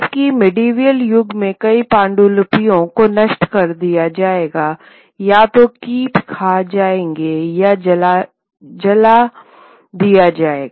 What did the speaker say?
जबकि मेडीवीएल युग में कई पांडुलिपियों को नष्ट कर दिया जाएगा या तो कीट खा गए या जलाया गया होगा